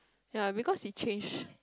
ya because he change